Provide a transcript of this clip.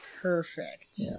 Perfect